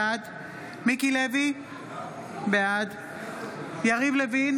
בעד מיקי לוי, בעד יריב לוין,